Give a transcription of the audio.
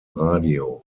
radio